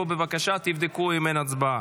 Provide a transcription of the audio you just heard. תבדקו אם אין הצבעה.